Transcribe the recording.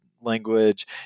language